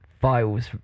files